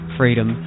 freedom